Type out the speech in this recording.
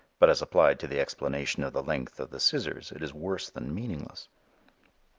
but as applied to the explanation of the length of the scissors it is worse than meaningless.